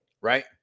right